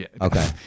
Okay